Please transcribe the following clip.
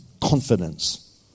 confidence